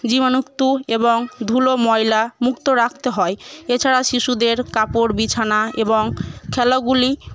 জীবাণু মুক্ত এবং ধুলো ময়লা মুক্ত রাখতে হয় এছাড়া শিশুদের কাপড় বিছানা এবং খেলনা গুলি